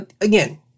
again